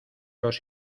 los